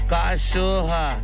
Cachorra